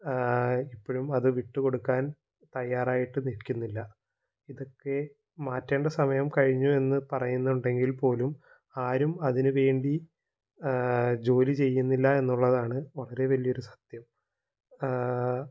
ഇപ്പോഴും അത് വിട്ടുകൊടുക്കാന് തയ്യാറായിട്ട് നില്ക്കുന്നില്ല ഇതൊക്കെ മാറ്റേണ്ട സമയം കഴിഞ്ഞു എന്ന് പറയുന്നുണ്ടെങ്കില്പ്പോലും ആരും അതിന് വേണ്ടി ജോലി ചെയ്യുന്നില്ല എന്നുള്ളതാണ് വളരെ വലിയൊരു സത്യം